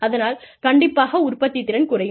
அதனால் கண்டிப்பாக உற்பத்தித்திறன் குறையும்